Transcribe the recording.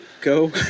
go